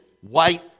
white